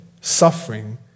suffering